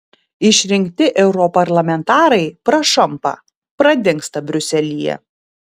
išrinkti europarlamentarai prašampa pradingsta briuselyje